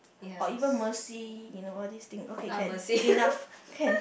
or even Mercy you know all these thing okay can enough can